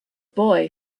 boy